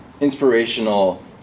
inspirational